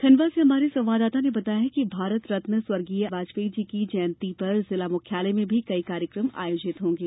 खंडवा से हमारे संवाददाता ने बताया है कि भारत रत्न स्वर्गीय वाजपेयी जी की जयंती पर जिला मुख्यालय में भी कई कार्यक्रम होंगे